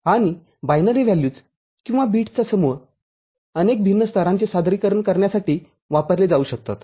आणि binary values किंवा बिट्सचा समूह अनेक भिन्न स्तरांचे सादरीकरण करण्यासाठी वापरले जाऊ शकतात